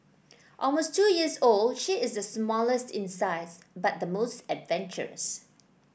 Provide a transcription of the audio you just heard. almost two years old she is the smallest in size but the most adventurous